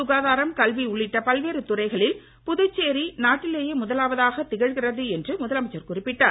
சுகாதாரம் கல்வி உள்ளிட்ட பல்வேறு துறைகளில் புதுச்சேரி நாட்டில் முதலாவதாக திழ்கிறது என்று முதலமைச்சர் குறிப்பிட்டார்